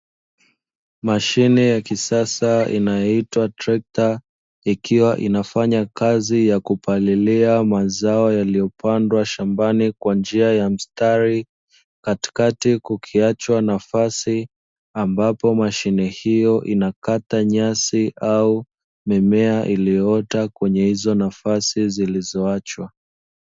Mashine ya kisasa inayoitwa trekta, ikiwa inafanya kazi ya kupalilia mazao yaliyopandwa shambani kwa njia ya mstari, katikati kukiachwa nafasi ambapo mashine hiyo inakata nyasi, au mimea iliyoota kwenye nafasi hizo zilizoachwa.